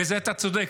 בזה אתה צודק.